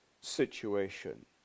situation